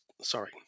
Sorry